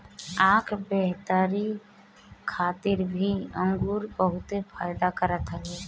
आँख बेहतरी खातिर भी अंगूर बहुते फायदा करत हवे